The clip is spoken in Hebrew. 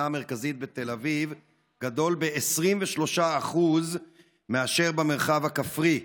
המרכזית בתל אביב גדול ב-23% מאשר במרחב הכפרי.